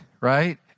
right